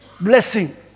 blessing